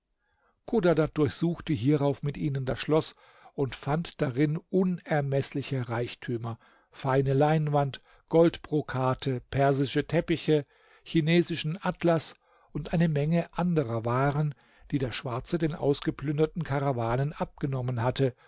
chodadad durchsuchte hierauf mit ihnen das schloß und fand darin unermeßliche reichtümer feine leinwand goldbrokate persische teppiche chinesischen atlas und eine menge anderer waren die der schwarze den ausgeplünderten karawanen abgenommen hatte